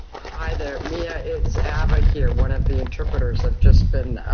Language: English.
hi there, mia, it's ava here, one of the interpreters. i've just been